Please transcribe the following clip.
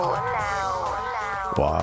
Wow